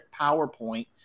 PowerPoint